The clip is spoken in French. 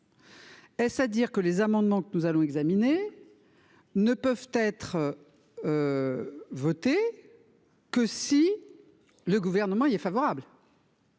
Est-ce à dire que les amendements que nous allons examiner ne pourront être adoptés que si le Gouvernement y est favorable,